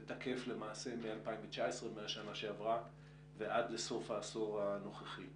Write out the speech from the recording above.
ותקף מ-2019 ועד לסוף העשור הנוכחי.